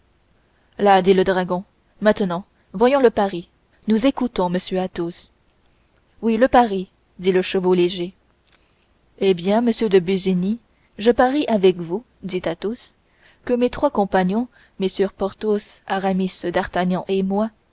là dit le dragon maintenant voyons le pari nous écoutons monsieur athos oui le pari dit le chevau léger eh bien monsieur de busigny je parie avec vous dit athos que mes trois compagnons mm porthos aramis d'artagnan et moi